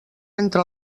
entre